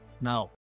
now